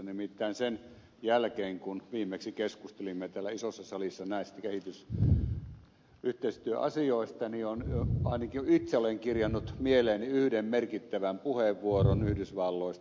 nimittäin sen jälkeen kun viimeksi keskustelimme täällä isossa salissa näistä kehitysyhteistyöasioista ainakin itse olen kirjannut mieleeni yhden merkittävän puheenvuoron yhdysvalloista